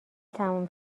تموم